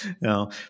no